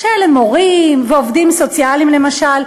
שאלה מורים ועובדים סוציאליים למשל,